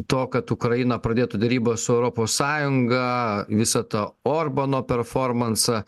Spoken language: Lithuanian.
to kad ukraina pradėtų derybas su europos sąjunga visa ta orbano performansą